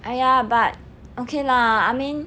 !aiya! but okay lah I mean